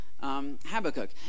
Habakkuk